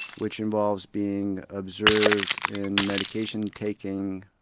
which involves being observed and medication-taking,